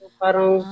parang